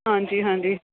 ਹਾਂਜੀ ਹਾਂਜੀ